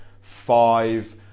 five